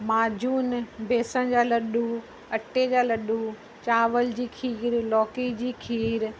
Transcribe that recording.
माजून बेसन जा लड्डू अटे जा लड्डू चांवर जी खीर लौकी जी खीर